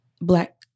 black